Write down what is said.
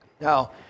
Now